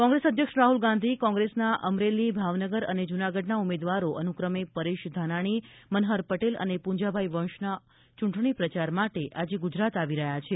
કોંગ્રેસ અધ્યક્ષ રાહુલ ગાંધી કોંગ્રેસના અમરેલી ભાવનગર અને જૂનાગઢના ઉમેદવારો અનુક્રમે પરેશ ધાનાણી મનહર પટેલ અને પૂંજાભાઈ વંશના ચૂંટણી પ્રચાર માટે આજે ગુજરાત આવી રહ્યા છે